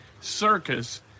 circus